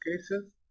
cases